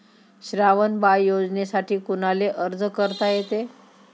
श्रावण बाळ योजनेसाठी कुनाले अर्ज करता येते?